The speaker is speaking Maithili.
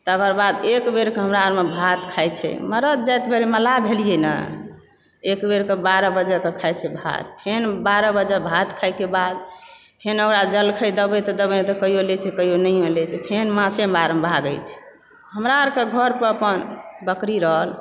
तकर बाद एक बेरके हमरा अरमे भात खाइ छै मरद जाति भेलै मल्लाह भेलियै न एक बेरके बारह बजेकऽ खाइ छी भात फेन बारह बजे भात खाइके बाद फेन ओकरा जलखै देबय तऽ देबय नहि तऽ कहिओ लय छै तऽ कहिओ नहिओ लय छै फेन माछे मारय भागै छै हमरा अरके घर पर अपन बकरी रहल